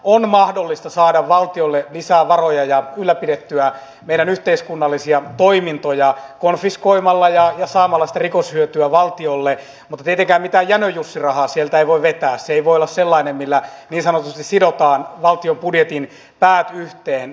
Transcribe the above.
on mahdollista saada valtiolle lisää varoja ja ylläpidettyä meidän yhteiskunnallisia toimintojamme konfiskoimalla ja saamalla rikoshyötyä valtiolle mutta tietenkään mitään jänöjussirahaa sieltä ei voi vetää se ei voi olla sellainen millä niin sanotusti sidotaan valtion budjetin päät yhteen